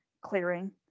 clearing